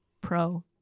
pro